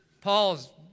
Paul's